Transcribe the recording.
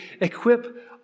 equip